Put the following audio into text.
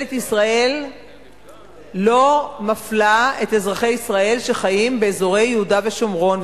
ממשלת ישראל לא מפלה את אזרחי ישראל שחיים באזורי יהודה ושומרון,